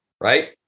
Right